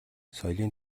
соёлын